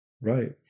Right